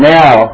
now